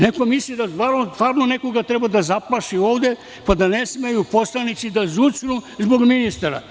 Neko misli da nekoga treba da zaplaši ovde, pa da ne smeju poslanici za zucnu zbog ministara.